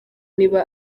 niba